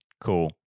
cool